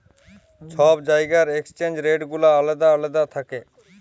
ছব জায়গার exchange rate গুলা আলেদা আলেদা থ্যাকে